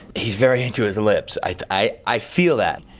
he's very into his lips. i i feel that.